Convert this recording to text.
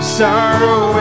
sorrow